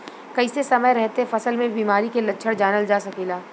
कइसे समय रहते फसल में बिमारी के लक्षण जानल जा सकेला?